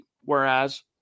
Whereas